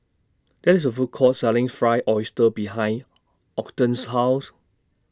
There IS A Food Court Selling Fried Oyster behind Ogden's House